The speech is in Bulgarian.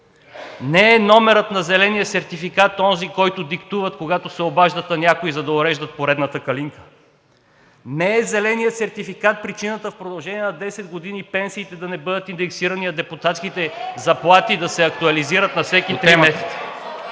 Не е номерът на зеления сертификат онзи, който диктуват, когато се обаждат на някого, за да уреждат поредната „калинка“! Не е зеленият сертификат причината в продължение на 10 години пенсиите да не бъдат индексирани, а депутатските заплати… ДЕСИСЛАВА АТАНАСОВА